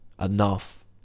enough